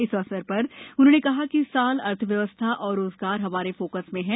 इस अवसर पर उन्होंने कहा कि इस साल अर्थव्यवस्था और रोजगार हमारे फोकस में है